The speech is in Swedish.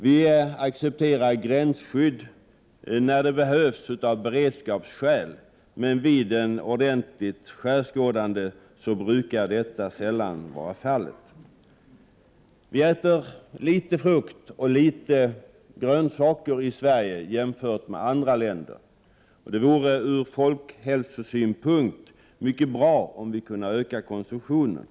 Vi accepterar gränsskydd när det behövs av beredskapsskäl, men vid ett ordentligt skärskådande brukar det sällan finnas sådana skäl. Jämfört med andra länder äter vi litet frukt och litet grönsaker i Sverige. Ur folkhälsosynpunkt vore det mycket bra om vi kunde öka konsumtionen.